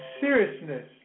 seriousness